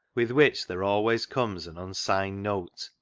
with which there always comes an unsigned note,